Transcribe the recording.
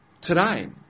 today